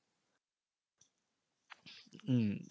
mm